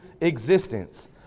existence